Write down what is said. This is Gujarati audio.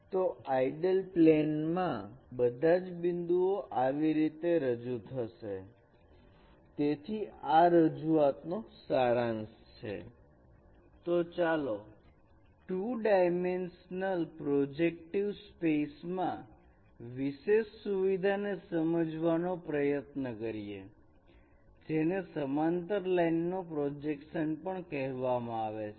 તો ચાલો 2 ડાયમેન્શનલ પ્રોજેક્ટિવ સ્પેસમાં વિશેષ સુવિધા ને સમજવાનો પ્રયત્ન કરીએ જેને સમાંતર લાઇન નો પ્રોજેક્શન પણ કહેવામાં આવે છે